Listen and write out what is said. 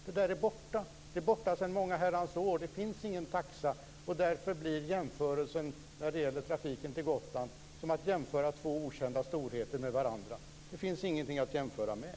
Det där är borta! Det är borta sedan många herrans år. Det finns ingen taxa, och därför blir jämförelsen när det gäller trafiken till Gotland som att jämföra två okända storheter med varandra. Det finns ingenting att jämföra med.